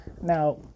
now